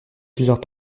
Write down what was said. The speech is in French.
plusieurs